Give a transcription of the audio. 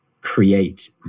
create